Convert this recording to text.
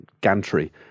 gantry